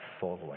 following